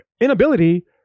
inability